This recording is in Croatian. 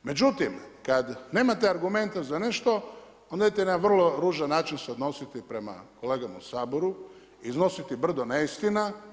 Međutim, kad nemate argumente za nešto onda … na jedan vrlo ružan način odnositi prema kolegama u Saboru, iznositi brdo neistina.